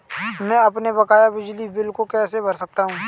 मैं अपने बकाया बिजली बिल को कैसे भर सकता हूँ?